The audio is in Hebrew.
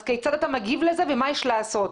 אז כיצד אתה מגיב לזה, ומה יש לעשות?